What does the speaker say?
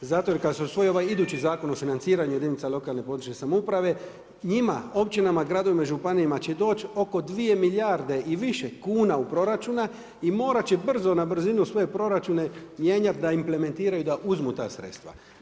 Zato jer kad se usvoji ovaj idući Zakon o financiranju jedinica lokalne i područne samouprave, njima, općinama, gradovima i županijama će doći oko 2 milijarde i više kuna proračuna i morat će brzo, na brzinu svoje proračune mijenjati da implementiraju, da uzmu ta sredstva.